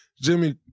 Jimmy